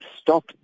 stop